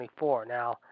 Now